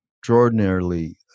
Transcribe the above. extraordinarily